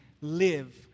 live